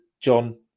John